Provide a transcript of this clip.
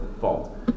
fault